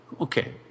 okay